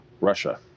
Russia